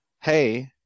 Hey